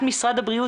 משרד הבריאות,